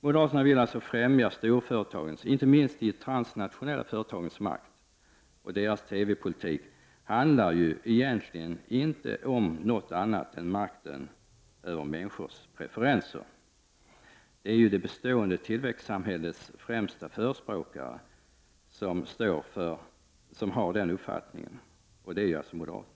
Moderaterna vill alltså främja storföretagens makt, inte minst de transnationella. Deras TV-politik handlar ju egentligen inte om någonting annat än makten över människors preferenser. Det är ju det bestående tillväxtsamhällets främsta förespråkare som har den uppfattningen, och det är moderaterna.